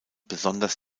besonders